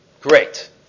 Great